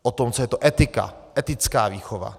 O tom, co je to etika, etická výchova.